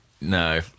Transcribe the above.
No